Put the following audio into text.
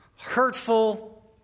Hurtful